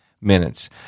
Minutes